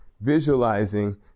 visualizing